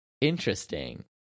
interesting